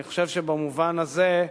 אני חושב שבמובן הזה,